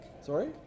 Sorry